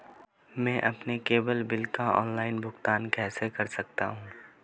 मैं अपने cable bill का ऑनलाइन भुगतान कैसे कर सकता हूं?